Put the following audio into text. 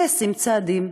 נעשים צעדים,